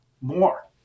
more